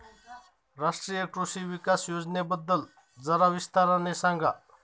राष्ट्रीय कृषि विकास योजनेबद्दल जरा विस्ताराने सांगा